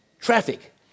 traffic